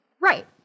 Right